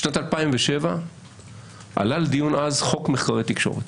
בשנת 2007 עלה לדיון חוק נתוני תקשורת.